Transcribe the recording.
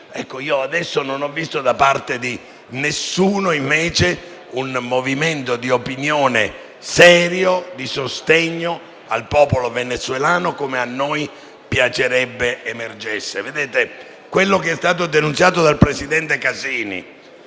Non ho visto adesso da parte di nessuno un movimento di opinione serio di sostegno al popolo venezuelano come a noi piacerebbe emergesse.